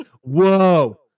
Whoa